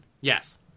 Yes